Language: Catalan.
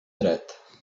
dret